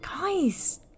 Guys